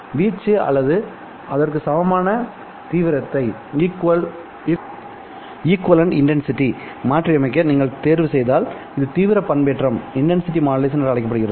வீச்சு அல்லது அதற்கு சமமான தீவிரத்தை மாற்றியமைக்க நீங்கள் தேர்வுசெய்தால் இது தீவிரம் பண்பேற்றம் என்று அழைக்கப்படுகிறது